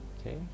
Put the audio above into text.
Okay